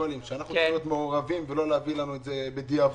שאנחנו צריכים להיות מעורבים ולא להביא לנו את זה בדיעבד.